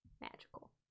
magical